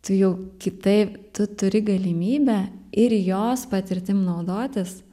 tu jau kitai tu turi galimybę ir jos patirtim naudotis